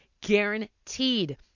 guaranteed